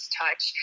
touch